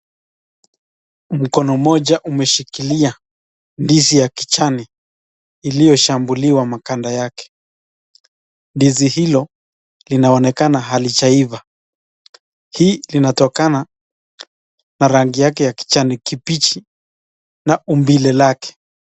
Mkono moja umeshikilia ndizi ya kichane, iliyo shambuliwa maganda yake. Ndizi hilo linaonekana halijaiva. Hii linatokana na rangi yake ya kichane kimbichi na umbile lake.